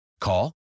Call